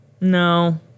No